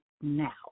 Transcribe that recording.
now